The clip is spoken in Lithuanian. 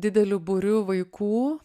dideliu būriu vaikų